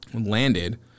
landed